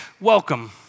welcome